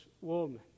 woman